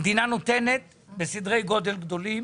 המדינה נותנת בסדרי גודל גדולים.